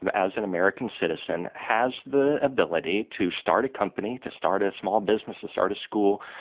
and as an american citizen, has the ability to start a company, to start a small business, to start a school,